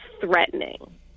threatening